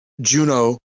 Juno